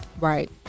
Right